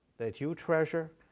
that you treasure,